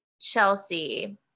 Chelsea